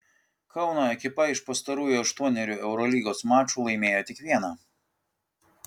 kauno ekipa iš pastarųjų aštuonerių eurolygos mačų laimėjo tik vieną